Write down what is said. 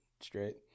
straight